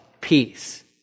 peace